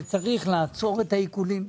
שצריך לעצור את העיקולים,